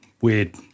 weird